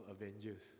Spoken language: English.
Avengers